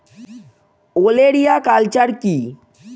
ওলেরিয়া কালচার কি?